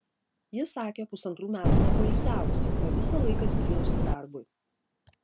ji sakė pusantrų metų nepoilsiavusi o visą laiką skyrusi darbui